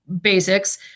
basics